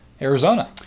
Arizona